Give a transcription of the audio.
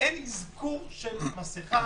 אין אזכור של מסכה,